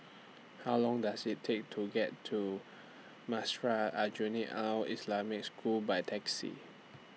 How Long Does IT Take to get to Madrasah Aljunied Al Islamic School By Taxi